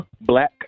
Black